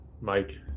Mike